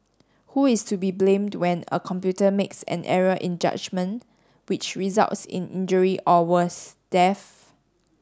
who is to be blamed when a computer makes an error in judgement which results in injury or worse death